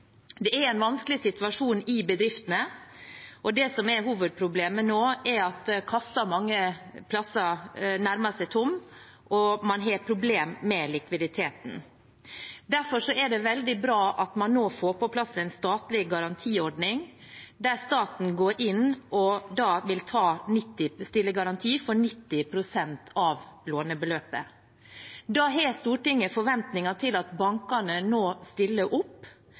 Det er en vanskelig situasjon i bedriftene. Det som er hovedproblemet nå, er at kassa mange steder nærmer seg å bli tom, og at man har problemer med likviditeten. Derfor er det veldig bra at man nå får på plass en statlig garantiordning, der staten går inn og stiller garanti for 90 pst. av lånebeløpet. Da har Stortinget forventninger til at bankene stiller opp,